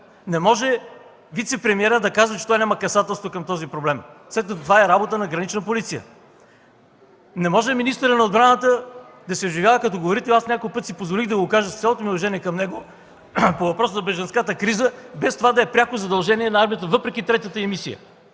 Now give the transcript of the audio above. Не може вицепремиерът да казва, че той няма касателство към този проблем, след като това е работа на „Гранична полиция”. Не може министърът на отбраната да се изживява като говорител – няколко пъти си позволих да го кажа с цялото ми уважение към него – по въпроса за бежанската криза, без това да е пряко задължение на армията, въпреки третата й мисия,